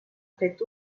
fet